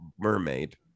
Mermaid